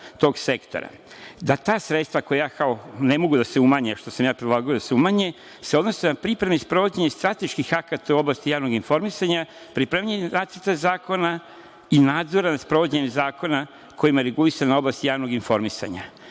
tog sektora, da ta sredstva koja ne mogu da se umanje, a koja sam predlagao da se umanje, se odnose na pripremu i sprovođenje strateških akata u oblasti javnog informisanja, pripremanju Nacrta zakona i nadzor nad sprovođenjem zakona kojima je regulisana oblast javnog informisanja. Moje